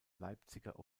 leipziger